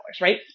right